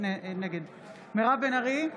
נגד מירב בן ארי,